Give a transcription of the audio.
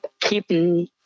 keeping